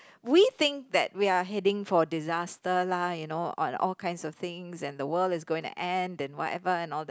we think that we are heading for disaster lah you know on all kind of things and the world is going to end and whatever and all that